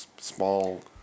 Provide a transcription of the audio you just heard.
Small